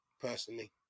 personally